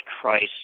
Christ